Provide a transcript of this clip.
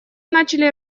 начали